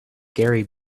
gary